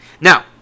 Now